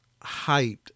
hyped